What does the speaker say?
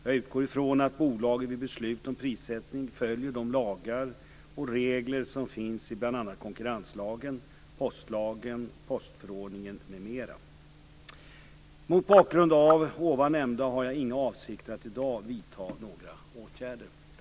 Jag utgår ifrån att bolaget vid beslut om prissättning följer de lagar och regler som finns i bl.a. konkurrenslagen, postlagen, postförordningen m.m. Mot bakgrund av det anförda har jag inga avsikter att i dag vidta några åtgärder.